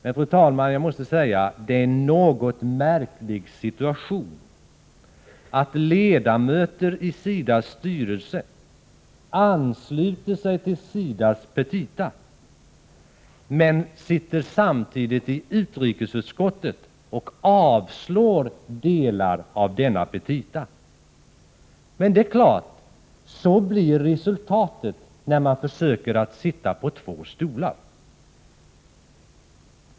Det är en något märklig situation att ledamöter av SIDA:s styrelse ansluter sig till SIDA:s petita men samtidigt sitter i utrikesutskottet och avslår delar av petitan. Så blir emellertid resultatet när man försöker sitta på två stolar.